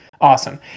Awesome